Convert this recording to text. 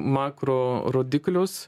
makro rodiklius